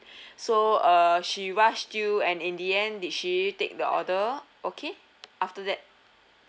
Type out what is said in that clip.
so uh she rushed you and in the end did she take the order okay after that